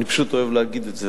אני פשוט אוהב להגיד את זה,